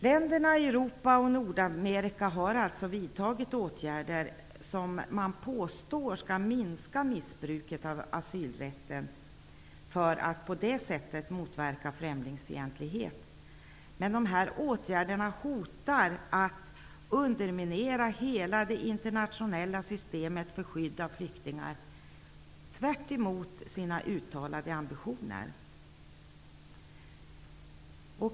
Länderna i Europa och Nordamerika har alltså vidtagit åtgärder som man påstår skall minska missbruket av asylrätten för att på det sättet motverka främlingsfientlighet. Men dessa åtgärder hotar att underminera hela det internationella systemet för skydd åt flyktingar, tvärt emot sina uttalade ambitioner.